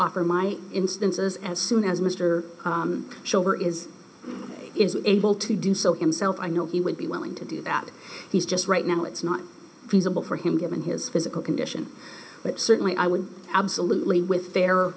offer my instances as soon as mr shoulder is is able to do so himself i know he would be willing to do that he's just right now it's not feasible for him given his physical condition but certainly i would absolutely with their